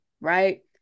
right